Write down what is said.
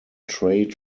trade